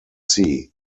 sea